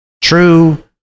True